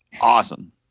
Awesome